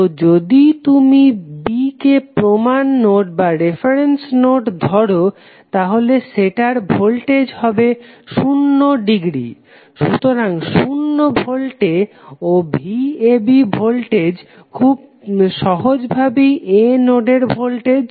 তো যদি তুমি B কে প্রমান নোড ধরো তাহলে সেটার ভোল্টেজ হবে শূন্য ডিগ্রী সুতরাং শূন্য ভোল্টে ও VAB ভোল্টেজ হবে খুব সহজ ভাবেই A নোডের ভোল্টেজ